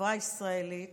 בחברה הישראלית